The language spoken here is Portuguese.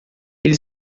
ele